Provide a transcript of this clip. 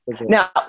Now